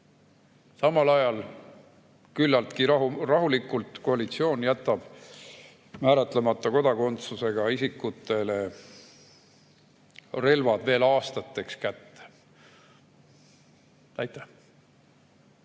samal ajal küllaltki rahulikult koalitsioon jätab määratlemata kodakondsusega isikutele relvad veel aastateks kätte. Aitäh!